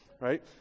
right